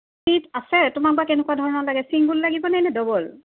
seat আছে তোমাক বা কেনেকুৱা ধৰণৰ লাগে চিংগুল লাগিব নে ডাবুল